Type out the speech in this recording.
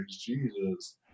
Jesus